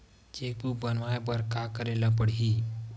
Cheque book बनवाय बर का करे ल पड़हि?